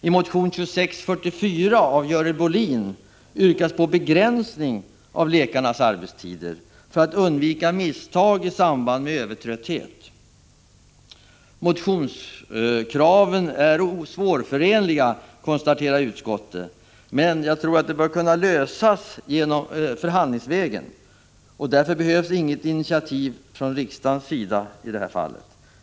I motion 2644 av Görel Bohlin yrkas på begränsning av läkarnas arbetstider för att undvika misstag i samband med övertrötthet. Motionskraven är svårförenliga, konstaterar utskottet, men problemen bör kunna lösas förhandlingsvägen. Något initiativ från riksdagens sida behövs därför inte.